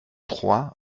trois